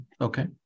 okay